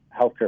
healthcare